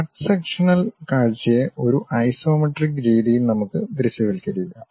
cut sectional കാഴ്ചയെ ഒരു isometric രീതിയിൽ നമുക്ക് ദൃശ്യവൽക്കരിക്കാം